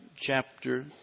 chapter